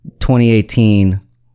2018